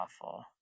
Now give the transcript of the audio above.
awful